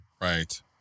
Right